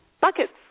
buckets